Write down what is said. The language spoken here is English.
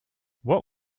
what